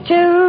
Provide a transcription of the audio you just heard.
Two